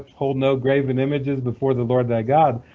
hold no graven images before the lord thy god.